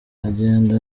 agenda